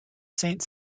saint